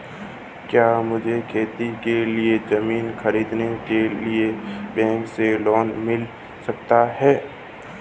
क्या मुझे खेती के लिए ज़मीन खरीदने के लिए बैंक से लोन मिल सकता है?